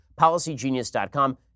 PolicyGenius.com